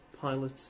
pilot